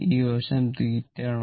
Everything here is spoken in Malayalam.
ഈ വശം θ ആണ്